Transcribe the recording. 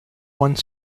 one